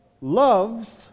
Loves